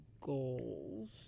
goals